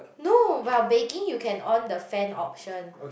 no while baking you can on the fan option